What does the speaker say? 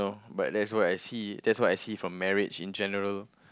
but that's what I see that's what I see from marriage in general